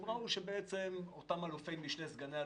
כשראו שאותם אלופי משנה או סגני אלופים,